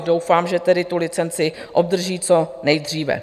Doufám, že tedy tu licenci obdrží co nejdříve.